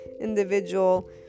individual